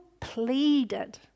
pleaded